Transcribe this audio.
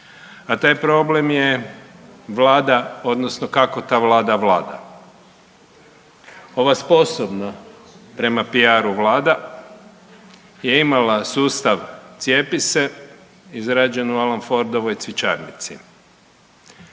a taj problem je Vlada odnosno kako ta Vlada vlada. Ova sposobna prema PR-u Vlada je imala sustav cijepi se izrađen u Alan Fordovoj cvjećarnici.